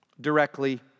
directly